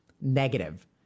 negative